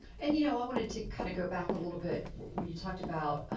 and you know i wanted to kind of go back a little bit where you talked about